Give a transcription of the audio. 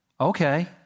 Okay